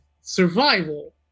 survival